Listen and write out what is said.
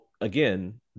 again